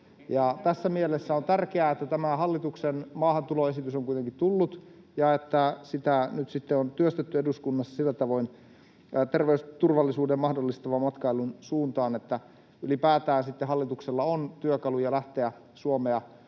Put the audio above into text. Tässä mielessä on tärkeää, että tämä hallituksen maahantuloesitys on kuitenkin tullut ja että sitä nyt sitten on työstetty eduskunnassa sillä tavoin terveysturvallisuuden mahdollistavan matkailun suuntaan, että ylipäätään hallituksella on työkaluja lähteä Suomea